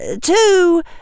two